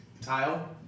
Tile